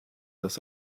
das